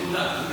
נקודה.